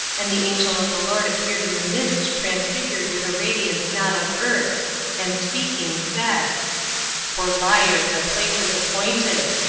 and the angel of the lord appeared in the midst transfigured with a radiance not of earth and speaking, said for liars a place is appointed.